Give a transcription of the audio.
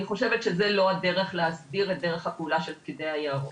אני חושבת שזה לא הדרך להסדיר את דרך הפעולה של פקידי היערות.